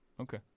Okay